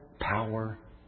power